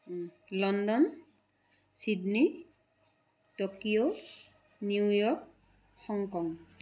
London Sydney Tokyo New York Hong Kong